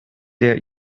der